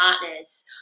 partners